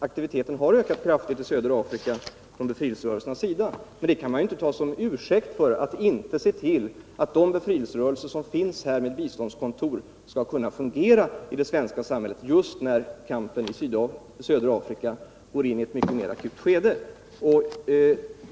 Aktiviteten i södra Afrika från befrielserörelsernas sida har ökat kraftigt de senaste åren. Men det kan man inte ta till intäkt för att inte se till att de befrielserörelser som har informationskontor här kan fungera i det svenska samhället just när kampen i södra Afrika går in i ett mycket mer akut skede.